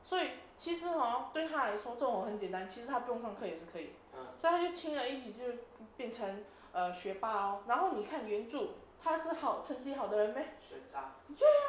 所以其实 hor 对他来说这种很简单其实他不用上课也是可以所以他轻而易举就变成 err 学霸 lor 然后你看援助他是好成绩好的人 meh